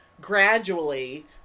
gradually